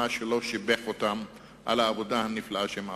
שלא שיבח אותם על העבודה הנפלאה שהם עשו.